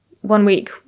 one-week